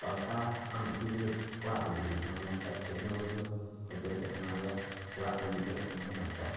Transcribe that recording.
ᱯᱟᱭᱥᱟ ᱟᱢ ᱤᱫᱤ ᱞᱟᱹᱜᱤᱫ ᱚᱲᱟᱜ ᱡᱤᱦᱩᱜ ᱦᱩᱭᱩᱜ ᱛᱟᱢᱟ ᱢᱮᱱᱠᱷᱟᱡ ᱴᱮᱠᱱᱳᱞᱳᱡᱤ ᱦᱚᱛᱮᱡ ᱛᱮ ᱚᱱᱟᱨᱮᱭᱟᱜ ᱚᱲᱟᱜ ᱦᱤᱡᱩᱜ ᱨᱮᱭᱟᱜ ᱥᱚᱢᱚᱭ ᱵᱟᱧᱪᱟᱜ ᱛᱟᱢᱟ